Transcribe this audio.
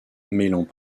mêlant